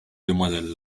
demoiselles